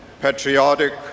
patriotic